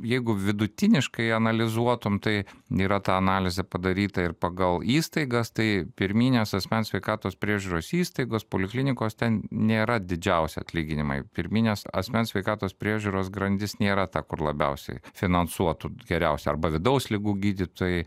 jeigu vidutiniškai analizuotum tai yra ta analizė padaryta ir pagal įstaigas tai pirminės asmens sveikatos priežiūros įstaigos poliklinikos ten nėra didžiausi atlyginimai pirminės asmens sveikatos priežiūros grandis nėra ta kur labiausiai finansuotų geriausia arba vidaus ligų gydytojai